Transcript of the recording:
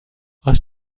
aus